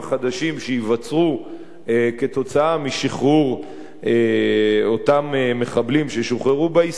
שייווצרו כתוצאה משחרור אותם מחבלים ששוחררו בעסקה,